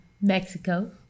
mexico